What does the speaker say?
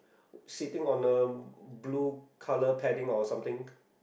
sitting on a blue colour padding or something